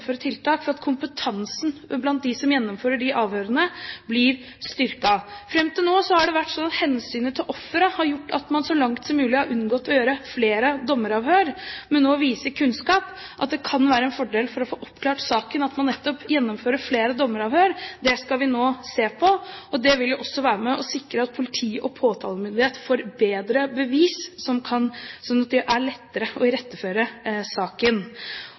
tiltak for at kompetansen blant dem som gjennomfører de avhørene, blir styrket. Fram til nå har det vært slik at hensynet til offeret har gjort at man så langt som mulig har unngått å gjøre flere dommeravhør, men nå viser kunnskap at det kan være en fordel for å få oppklart saken at man nettopp gjennomfører flere dommeravhør. Det skal vi nå se på. Det vil også være med på å sikre at politi og påtalemyndighet får bedre bevis, slik at det blir lettere å iretteføre saken.